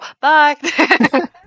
bye